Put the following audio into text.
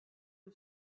the